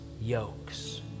yokes